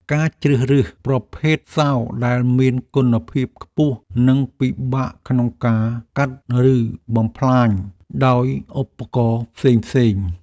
ត្រូវជ្រើសរើសប្រភេទសោរដែលមានគុណភាពខ្ពស់និងពិបាកក្នុងការកាត់ឬបំផ្លាញដោយឧបករណ៍ផ្សេងៗ។